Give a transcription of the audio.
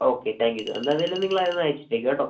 okay thank you sir എന്തായിരുന്നാലും നിങ്ങള് ഒന്നയച്ചിട്ടേക്ക് കേട്ടോ